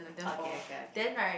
okay okay okay